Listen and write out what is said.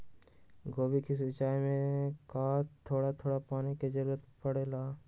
गोभी के सिचाई में का थोड़ा थोड़ा पानी के जरूरत परे ला?